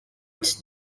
its